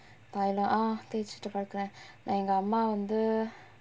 தைலம்:thailam ah தேச்சுட்டு படுக்குறேன் நா எங்க அம்மா வந்து:thaechuttu padukkaraen naa enga amma vanthu